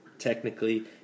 Technically